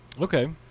Okay